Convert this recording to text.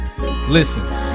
Listen